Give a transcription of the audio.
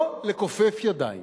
לא לכופף ידיים,